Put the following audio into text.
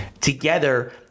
together